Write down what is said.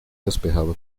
despejado